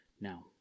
now